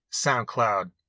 SoundCloud